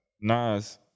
Nas